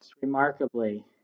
Remarkably